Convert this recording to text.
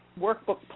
workbook